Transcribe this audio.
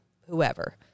whoever